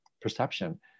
perception